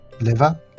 Liver